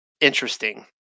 interesting